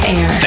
Air